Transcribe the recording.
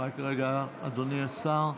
רק רגע, אדוני השר.